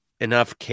enough